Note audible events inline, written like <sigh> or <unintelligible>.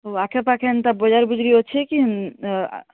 ଆଖେ ପାଖେ ହେନ୍ତା ବଜାର୍ ବୁଜରି ଅଛେ କି <unintelligible>